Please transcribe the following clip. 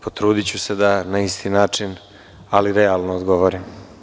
Potrudiću se da na isti način, ali realno odgovorim.